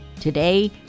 today